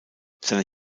seine